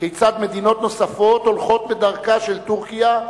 כיצד מדינות נוספות הולכות בדרכה של טורקיה,